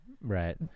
right